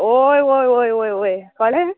वोय वोय वोय वोय वोय कोळें